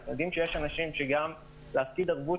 אנחנו יודעים שיש אנשים שגם להפקיד ערבות